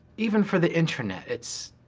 even for the internet, it's